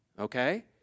okay